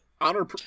Honor